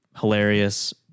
Hilarious